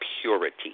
purity